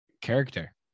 character